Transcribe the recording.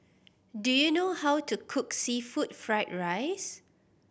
do you know how to cook seafood fried rice